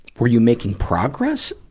were you making progress?